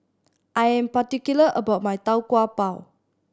I am particular about my Tau Kwa Pau